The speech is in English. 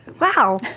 Wow